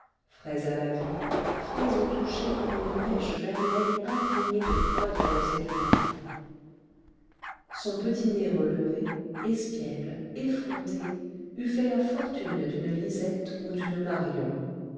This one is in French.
frais à la vue frais au toucher comme une pêche vermeille imprégnée de froide rosée du matin son petit nez relevé espiègle effronté eût fait la fortune d'une lisette ou d'une marion